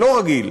לא רגיל